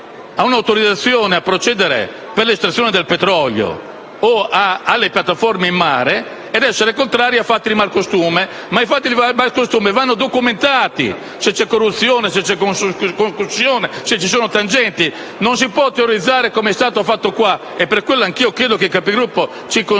ad un'autorizzazione a procedere per l'estrazione del petrolio o alle piattaforme in mare ed essere contrari a fatti di malcostume, che però vanno documentati per capire se c'è corruzione, se c'è concussione, se ci sono tangenti. Non si può teorizzare, come è stato fatto qui - e per questa ragione chiedo anch'io che i Capigruppo ci consentano